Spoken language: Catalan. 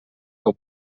com